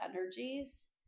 energies